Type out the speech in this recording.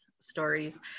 stories